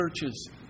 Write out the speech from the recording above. churches